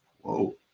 Whoa